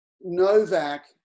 Novak